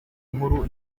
nkuru